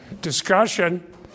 discussion